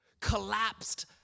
Collapsed